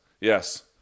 Yes